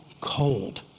cold